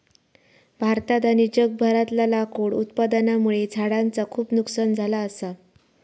भारतात आणि जगभरातला लाकूड उत्पादनामुळे झाडांचा खूप नुकसान झाला असा